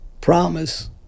promise